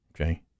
okay